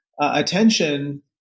attention